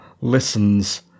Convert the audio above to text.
listens